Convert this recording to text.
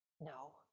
No